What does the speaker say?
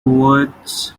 words